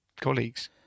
colleagues